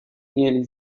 mieli